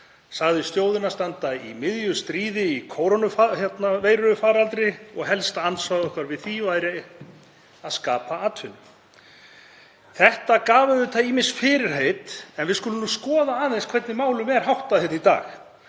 sagði þjóðina standa í miðju stríði í kórónuveirufaraldri og helsta andsvar okkar við því væri að skapa atvinnu. Þetta gaf auðvitað ýmis fyrirheit en við skulum skoða aðeins hvernig málum er háttað í dag.